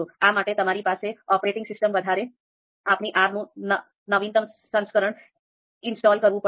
આ માટે તમારી પાસે ઓપરેટિંગ સિસ્ટમના આધારે આપણી R નું નવીનતમ સંસ્કરણ ઇન્સ્ટોલ કરવું પડશે